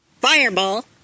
Fireball